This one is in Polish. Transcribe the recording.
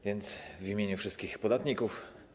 Dziękuję w imieniu wszystkich podatników.